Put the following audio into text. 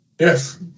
Yes